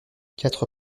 quatre